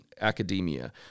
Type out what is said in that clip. academia